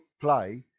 play